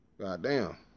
goddamn